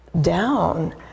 down